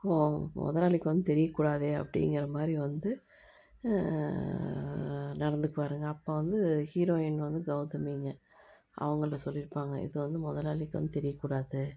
ஓ முதலாளிக்கு வந்து தெரியக் கூடாது அப்படிங்கிற மாதிரி வந்து நடந்துக்குவாருங்க அப்போ வந்து ஹீரோயின் வந்து கௌதமிங்க அவங்கள்ட்ட சொல்லியிருப்பாங்க இது வந்து முதலாளிக்கு வந்து தெரியக் கூடாது